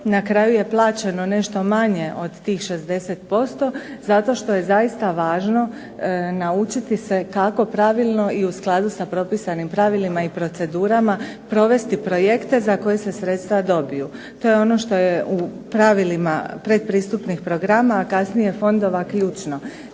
Na kraju je plaćeno nešto manje od tih 60% zato što je zaista važno naučiti se kako u pravilno i u skladu sa propisanim pravilima i procedurama provesti projekte za koje se sredstva dobiju. To je ono što je u pravilima pretpristupnih programa, a kasnije fondova ključno.